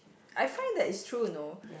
I find that it's true you know